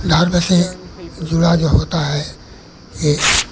धर्म से जुड़ा जो होता है यह